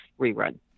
rerun